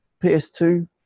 PS2